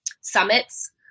summits